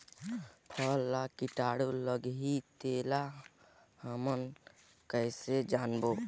फसल मा कीटाणु लगही तेला हमन कइसे जानबो?